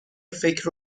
فکر